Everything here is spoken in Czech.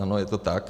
Ano, je to tak.